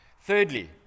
Thirdly